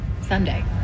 Sunday